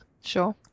sure